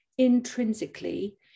Intrinsically